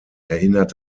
erinnert